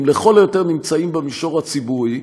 הם לכל היותר נמצאים במישור הציבורי,